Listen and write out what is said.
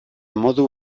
modu